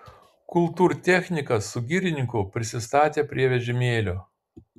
kultūrtechnikas su girininku prisistatė prie vežimėlio